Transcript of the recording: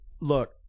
look